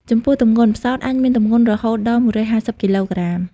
ចំពោះទម្ងន់ ផ្សោតអាចមានទម្ងន់រហូតដល់ ១៥០ គីឡូក្រាម។